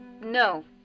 no